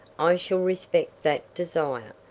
i shall respect that desire.